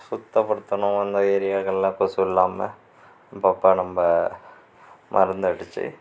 சுத்தப்படுத்தணும் இந்த ஏரியாக்களில் கொசு இல்லாமல் அப்போ அப்போ நம்ம மருந்து அடித்து